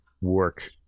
work